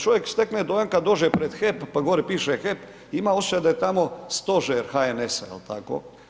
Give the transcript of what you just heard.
Čovjek stekne dojam kad dođe pred HEP, pa gore piše HEP, ima osjećaj da je tamo stožer HNS-a jel tako?